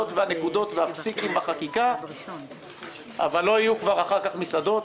והנקודות והפסיקים בחקיקה אבל לא יהיו כבר מסעדות